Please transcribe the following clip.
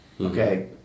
okay